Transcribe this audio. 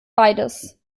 beides